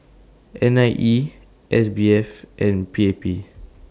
N I E S B F and P A P